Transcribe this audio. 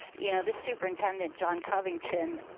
you know, this superintendent, john covington,